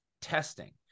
testing